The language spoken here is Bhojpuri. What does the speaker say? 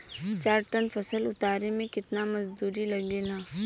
चार टन फसल उतारे में कितना मजदूरी लागेला?